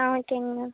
ஆ ஓகேங்க மேம்